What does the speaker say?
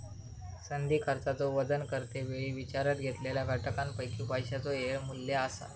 संधी खर्चाचो वजन करते वेळी विचारात घेतलेल्या घटकांपैकी पैशाचो येळ मू्ल्य असा